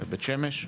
בבית שמש?